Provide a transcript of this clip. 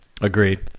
Agreed